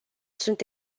sunt